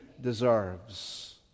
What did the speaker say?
deserves